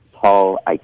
tall